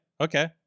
Okay